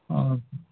ಹಾಂ ಓಕೆ